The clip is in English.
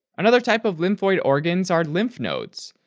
another type of lymphoid organ are lymph nodes,